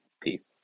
Peace